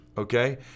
Okay